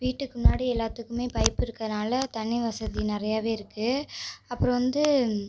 வீட்டுக்கு முன்னாடி எல்லாத்துக்குமே பைப் இருக்கறனால தண்ணி வசதி நிறையவே இருக்கு அப்புறோ வந்து